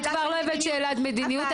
את כבר לא הבאת שאלת מדיניות,